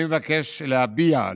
אני מבקש להביע,